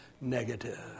negative